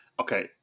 Okay